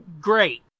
great